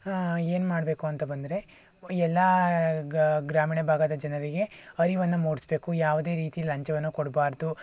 ಏನು ಮಾಡಬೇಕು ಅಂತ ಬಂದರೆ ಎಲ್ಲ ಗ ಗ್ರಾಮೀಣ ಭಾಗದ ಜನರಿಗೆ ಅರಿವನ್ನು ಮೂಡಿಸ್ಬೇಕು ಯಾವುದೇ ರೀತಿ ಲಂಚವನ್ನು ಕೊಡ್ಬಾರ್ದು